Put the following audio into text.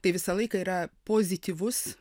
tai visą laiką yra pozityvus